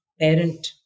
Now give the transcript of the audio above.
parent